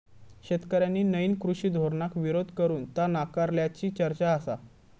शेतकऱ्यांनी नईन कृषी धोरणाक विरोध करून ता नाकारल्याची चर्चा आसा